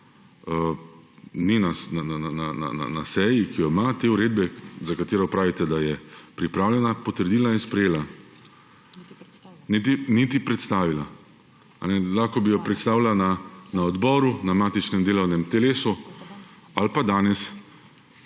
ni na seji te uredbe, za katero pravite, da jo je pripravila, potrdila in sprejela. Niti je ni predstavila. Lahko bi jo predstavila na odboru, na matičnem delovnem telesu ali pa danes,